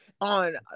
on